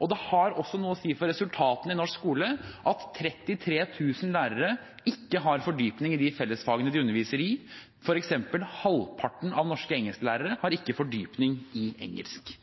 og at det har noe å si for resultatene i norsk skole at 33 000 lærere ikke har fordypning i de fellesfagene de underviser i. For eksempel har halvparten av norske engelsklærere ikke fordypning i engelsk.